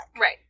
Right